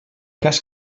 cas